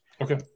okay